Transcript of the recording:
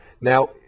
now